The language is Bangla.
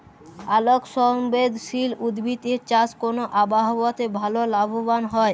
আলোক সংবেদশীল উদ্ভিদ এর চাষ কোন আবহাওয়াতে ভাল লাভবান হয়?